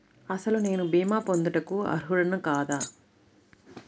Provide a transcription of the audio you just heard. అసలు నేను భీమా పొందుటకు అర్హుడన కాదా?